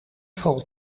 school